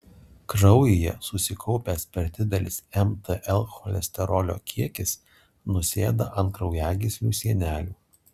kraujyje susikaupęs per didelis mtl cholesterolio kiekis nusėda ant kraujagyslių sienelių